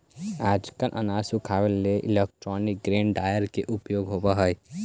आजकल अनाज सुखावे लगी इलैक्ट्रोनिक ग्रेन ड्रॉयर के उपयोग होवऽ हई